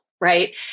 right